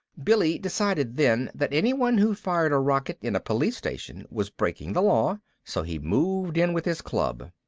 billy decided then that anyone who fired a rocket in a police station was breaking the law, so he moved in with his club.